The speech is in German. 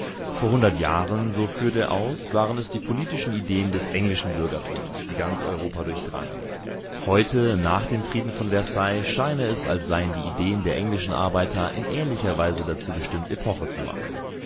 vor hundert jahren so führt er aus waren es die politischen ideen des englischen bürgertums die ganz europa durchdrangen heute nach dem frieden von versailles scheine es als seien die ideen der englischen arbeiter in ähnlicher weise dazu bestimmt epoche zu machen